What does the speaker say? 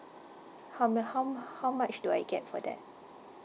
how m~ how m~ how much do I get for that